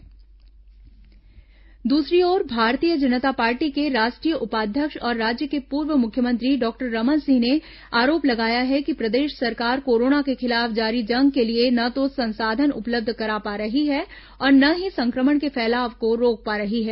Raman Singh corona बयान द्सरी ओर भारतीय जनता पार्टी के राष्ट्रीय उपाध्यक्ष और राज्य के पूर्व मुख्यमंत्री डॉक्टर रमन सिंह ने आरोप लगाया है कि प्रदेश सरकार कोरोना के खिलाफ जारी जंग के लिए न तो संसाधन उपलब्ध करा पा रही है और न ही संक्रमण के फैलाव को रोक पा रही है